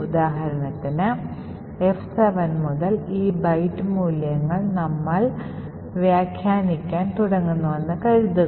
ഉദാഹരണത്തിന് F7 മുതൽ ഈ ബൈറ്റ് മൂല്യങ്ങൾ നമ്മൾ വ്യാഖ്യാനിക്കാൻ തുടങ്ങുന്നുവെന്ന് കരുതുക